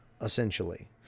essentially